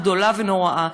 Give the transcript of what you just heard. גדולה ונוראה.